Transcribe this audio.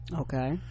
Okay